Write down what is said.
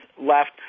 left